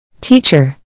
Teacher